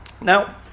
Now